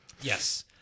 Yes